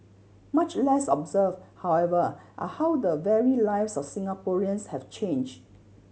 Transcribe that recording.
much less observed however are how the very lives of Singaporeans have changed